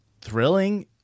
thrilling